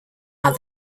are